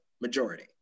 majority